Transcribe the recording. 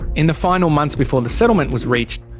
in the final months before the settlement was reached,